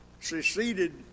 seceded